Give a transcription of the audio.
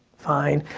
fine.